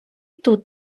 тут